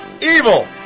evil